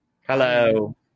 Hello